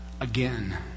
again